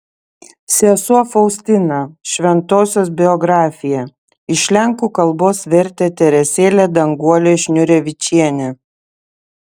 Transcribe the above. sesuo faustina šventosios biografija iš lenkų kalbos vertė teresėlė danguolė šniūrevičienė